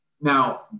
now